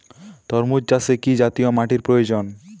তরমুজ চাষে কি জাতীয় মাটির প্রয়োজন?